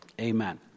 Amen